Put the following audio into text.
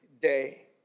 day